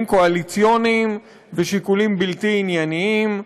קואליציוניים ושיקולים בלתי ענייניים,